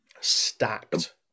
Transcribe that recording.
stacked